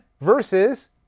versus